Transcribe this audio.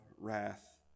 wrath